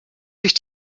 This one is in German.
sich